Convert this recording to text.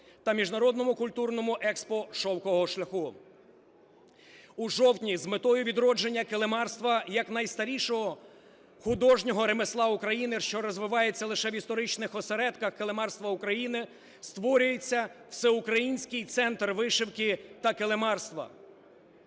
та Міжнародному культурному ЕКСПО "Шовковий шлях". У жовтні з метою відродження килимарства як найстарішого художнього ремесла України, що розвивається лише в історичних осередках килимарства України, створюється Всеукраїнський центр вишивки та килимарства.